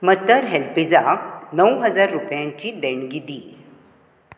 mother हेल्पेजाक णव हजार रुपयांची देणगी दी